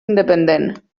independent